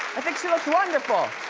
i think she looks wonderful.